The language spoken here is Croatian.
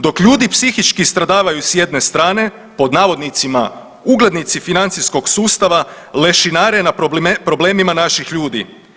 Dok ljudi psihički stradavaju s jedne strane pod navodnicima uglednici financijskog sustava lešinare na problemima naših ljudi.